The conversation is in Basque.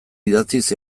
idatziz